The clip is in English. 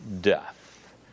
death